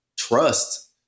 trust